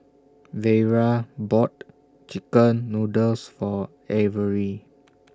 Vera bought Chicken Noodles For Averi